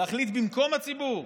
להחליט במקום הציבור?